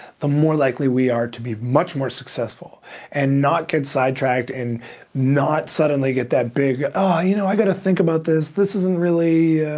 the more likely we are to be much more successful and not get sidetracked and not suddenly get that big, oh, you know what, i gotta think about this, this isn't really,